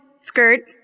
skirt